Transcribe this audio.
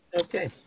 okay